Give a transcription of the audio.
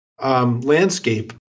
landscape